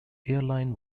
airline